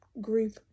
grief